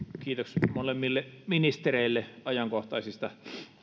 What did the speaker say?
kiitos molemmille ministereille ajankohtaisista